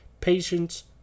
Patience